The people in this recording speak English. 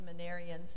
seminarians